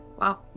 Wow